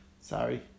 Sorry